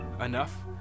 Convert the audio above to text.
enough